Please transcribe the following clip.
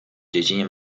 dziedzinie